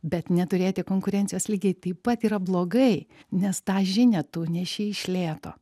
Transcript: bet neturėti konkurencijos lygiai taip pat yra blogai nes tą žinią tu neši iš lėto